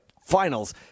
finals